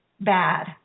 bad